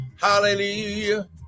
Hallelujah